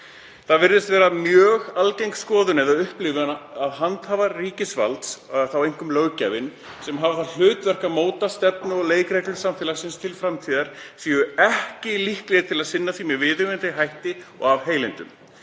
„Það virðist vera mjög algeng skoðun eða upplifun að handhafar ríkisvalds — og þá einkum löggjafinn — sem hafa það hlutverk að móta stefnu og leikreglur samfélagsins til framtíðar séu ekki líklegir til að sinna því með viðunandi hætti og af heilindum.